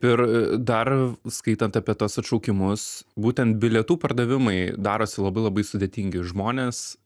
ir dar skaitant apie tas atšaukimus būtent bilietų pardavimai darosi labai labai sudėtingi žmonės